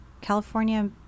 California